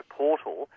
portal